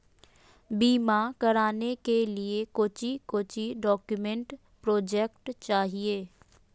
बीमा कराने के लिए कोच्चि कोच्चि डॉक्यूमेंट प्रोजेक्ट चाहिए?